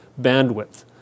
bandwidth